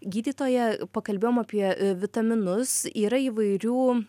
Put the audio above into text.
gydytoja pakalbėjom apie vitaminus yra įvairių